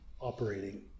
operating